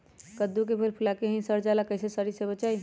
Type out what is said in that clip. कददु के फूल फुला के ही सर जाला कइसे सरी से बचाई?